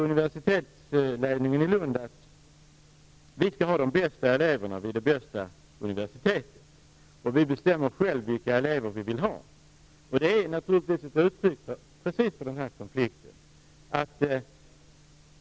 Universitetsledningen i Lund säger nu att de bästa eleverna skall gå på det bästa universitetet och att universiteten själva skall bestämma vilka elever man vill ha. Det är naturligtvis ett uttryck för precis den här konflikten.